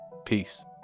Peace